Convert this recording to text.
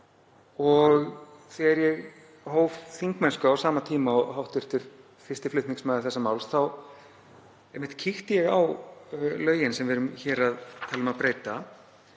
Þegar ég hóf þingmennsku á sama tíma og hv. fyrsti flutningsmaður þessa máls þá kíkti ég einmitt á lögin sem við erum hér að tala um að breyta